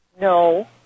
No